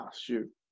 shoot